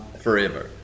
forever